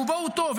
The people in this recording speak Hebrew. רובו הוא טוב,